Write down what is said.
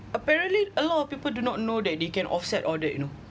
apparently a lot of people do not know that they can offset all that you know